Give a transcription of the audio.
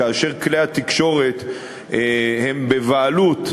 כאשר כלי התקשורת הם בבעלות,